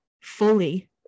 fully